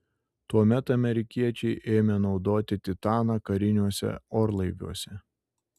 tuomet amerikiečiai ėmė naudoti titaną kariniuose orlaiviuose